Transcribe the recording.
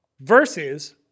versus